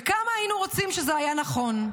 וכמה היינו רוצים שזה יהיה נכון.